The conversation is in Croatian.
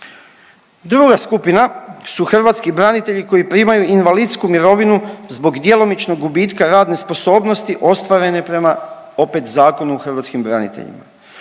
Druga skupina su hrvatski branitelji koji primaju invalidsku mirovinu zbog djelomičnog gubitka radne sposobnosti ostvarene prema opet Zakonu o hrvatskim braniteljima.